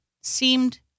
seemed